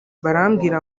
barambwira